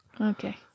Okay